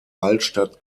altstadt